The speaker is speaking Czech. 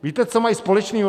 Víte, co mají společného?